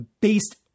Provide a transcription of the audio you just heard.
Based